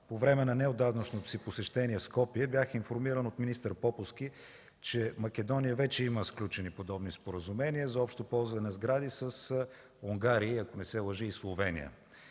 По време на неотдавнашното си посещение в Скопие бях информиран от министър Пόповски, че Македония има вече сключени споразумения за общо ползване на сгради с Унгария и, ако не се лъжа, със Словения.